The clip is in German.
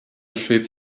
schwebt